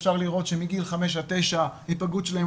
אפשר לראות שמגיל 5-9 ההיפגעות שלהם